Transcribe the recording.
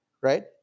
right